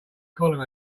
column